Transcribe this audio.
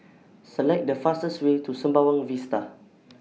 Select The fastest Way to Sembawang Vista